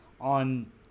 on